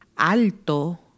Alto